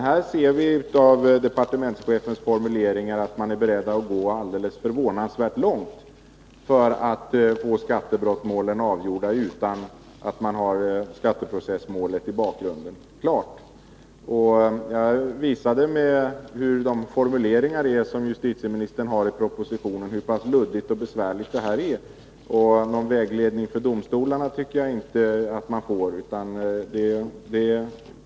Här ser vi av departementschefens formuleringar att man är beredd att gå alldeles förvånansvärt långt för att få skattebrottmålen avgjorda utan att ha skatteprocessen klar i bakgrunden. Jag visade med exempel från justitieministerns formuleringar i propositionen hur luddigt och besvärligt detta ämne är. Någon vägledning för domstolarna tycker jag inte att man får.